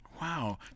Wow